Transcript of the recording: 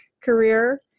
career